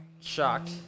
shocked